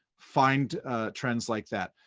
find trends like that.